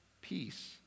peace